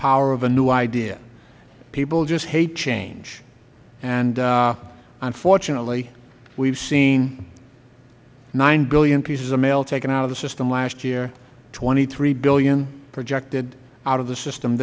power of a new idea people just hate change and unfortunately we have seen nine billion pieces of mail taken out of the system last year twenty three billion projected out of the system